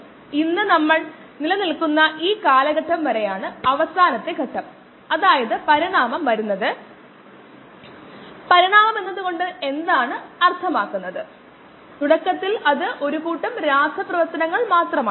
അതിനാൽ നമ്മൾ കോശങ്ങളിലെ ഒരു മെറ്റീരിയൽ ബാലൻസ് എഴുതാൻ പോകുന്നു നമ്മൾ ശ്രദ്ധ കേന്ദ്രികരിക്കുന്നിടത്തു ബാലൻസ് എഴുതാൻ നമുക്ക് കഴിയും